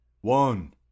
one